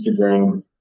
Instagram